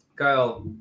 Kyle